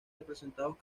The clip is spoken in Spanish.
representados